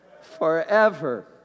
Forever